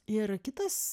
ir kitas